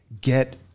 get